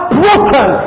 broken